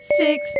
six